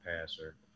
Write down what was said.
passer